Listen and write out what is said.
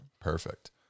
Perfect